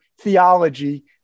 Theology